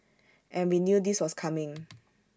and we knew this was coming